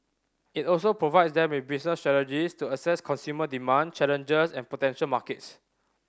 it also provides them with business strategies to assess consumer demand challenger and potential markets